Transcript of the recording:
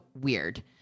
weird